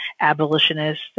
abolitionists